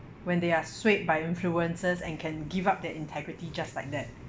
when they are swayed by influences and can give up their integrity just like that